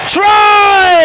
try